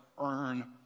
earn